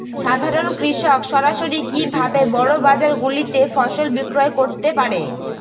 সাধারন কৃষক সরাসরি কি ভাবে বড় বাজার গুলিতে ফসল বিক্রয় করতে পারে?